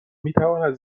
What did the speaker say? میتواند